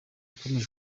ikomeje